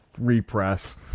repress